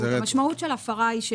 המשמעות של הפרה היא,